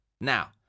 Now